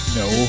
no